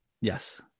Yes